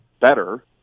better